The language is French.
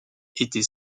était